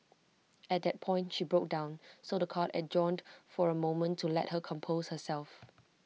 at that point she broke down so The Court adjourned for A moment to let her compose herself